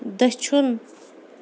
دٔچھُن